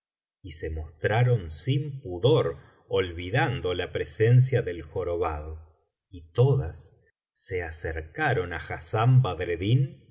y se mostraron sin pudor olvidando la presencia del jorobado y todas se acercaron á hassán